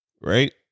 right